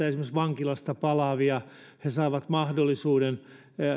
esimerkiksi vankilasta palaavia saavat mahdollisuuden